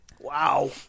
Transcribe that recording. Wow